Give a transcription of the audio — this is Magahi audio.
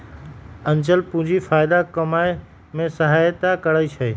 आंचल पूंजी फयदा कमाय में सहयता करइ छै